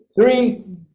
three